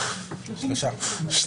שלושה.